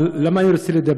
אבל למה אני רוצה לדבר?